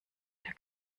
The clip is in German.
der